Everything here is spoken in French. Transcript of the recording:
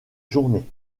journée